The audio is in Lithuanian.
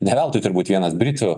ne veltui turbūt vienas britų